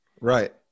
Right